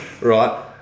right